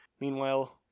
Meanwhile